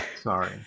Sorry